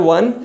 One